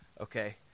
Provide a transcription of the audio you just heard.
Okay